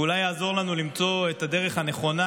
ואולי יעזור לנו למצוא את הדרך הנכונה